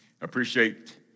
appreciate